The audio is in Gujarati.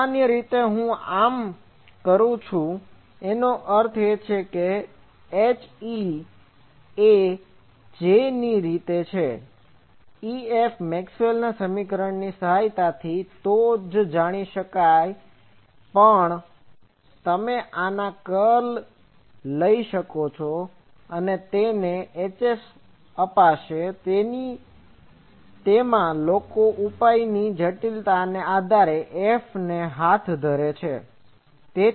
સામાન્ય રીતે હું આમ કરું છું એનો અર્થ એ કે HF એ j ની રીતે છે EF મેક્સવેલના સમીકરણની સહાયથી તો જાણીજ શકાય છેપણ તમે આના કર્લને લઈ શકો છો અને તે તમને HF આપશે તેમાં લોકો ઉપાયની જટિલતાને આધારે F ને હાથ ધરે છે